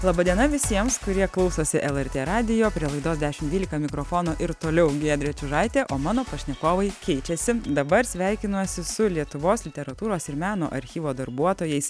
laba diena visiems kurie klausosi lrt radijo laidos dešim dvylika mikrofono ir toliau giedrė čiužaitė o mano pašnekovai keičiasi dabar sveikinuosi su lietuvos literatūros ir meno archyvo darbuotojais